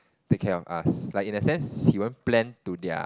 take care of us like in a sense he won't plan to their